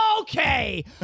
Okay